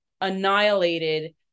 annihilated